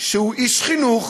שהוא איש חינוך,